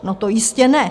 No to jistě ne.